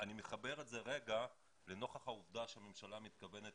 אני מחבר את זה רגע לנוכח העובדה שהממשלה מתכוונת